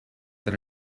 that